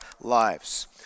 lives